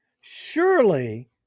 surely